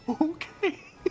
Okay